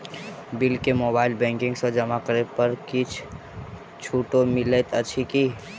Bill केँ mobile banking सँ जमा करै पर किछ छुटो मिलैत अछि की?